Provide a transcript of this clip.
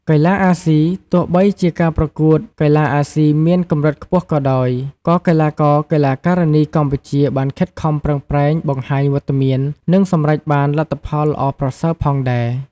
កីឡាអាស៊ី Asian Games ទោះបីជាការប្រកួតកីឡាអាស៊ីមានកម្រិតខ្ពស់ក៏ដោយ ក៏កីឡាករ-កីឡាការិនីកម្ពុជាបានខិតខំប្រឹងប្រែងបង្ហាញវត្តមាន និងសម្រេចបានលទ្ធផលល្អប្រសើរផងដែរ។